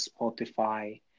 Spotify